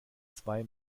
zwei